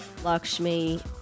Lakshmi